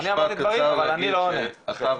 משפט קצר להגיד שה...